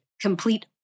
complete